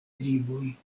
triboj